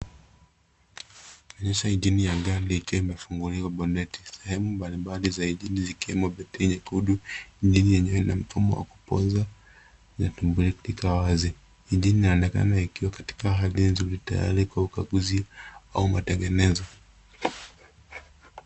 Ina onyesha engine ya gari ikiwa imefunguliwa boneti . Sehemu mbalimbali za engine zikiwemo battery nyekundu, engine yenyewe na mfumo wa kupoza zimetumbirika wazi. engine inaonekana ikiwa katika hali nzuri tayari kwa ukaguzi au matengenezo.